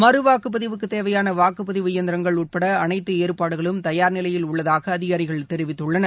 மறுவாக்குப் பதிவுக்குத் தேவையான வாக்குப்பதிவு இயந்திரங்கள் உட்பட அனைத்து ஏற்பாடுகளும் தயார் நிலையில் உள்ளதாக அதிகாரிகள் தெரிவித்துள்ளனர்